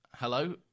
hello